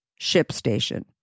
ShipStation